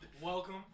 Welcome